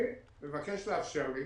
אני מבקש לאפשר לי